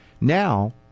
Now